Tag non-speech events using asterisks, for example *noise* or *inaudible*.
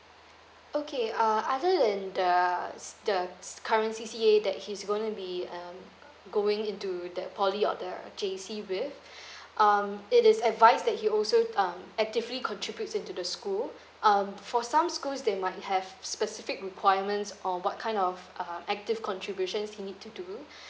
okay uh other than the C the C current C_C_A that he's going to be um going into the poly or the J_C with *breath* um it is advised that he also um actively contributes into the school um for some schools they might have specific requirements or what kind of uh active contributions he needs to do